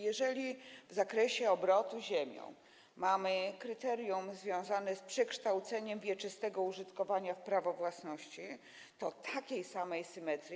Jeżeli w zakresie obrotu ziemią mamy kryterium związane z przekształceniem wieczystego użytkowania w prawo własności, to nie zauważam takiej samej symetrii.